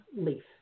leaf